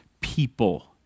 people